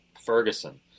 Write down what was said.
Ferguson